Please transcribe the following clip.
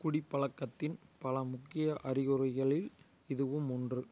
குடிப்பழக்கத்தின் பல முக்கிய அறிகுறிகளில் இதுவும் ஒன்று